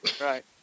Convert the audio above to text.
Right